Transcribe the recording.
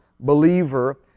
Believer